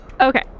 Okay